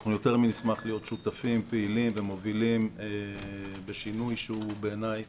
אנחנו יותר מנשמח להיות שותפים פעילים ומובילים בשינוי שהוא בעיניי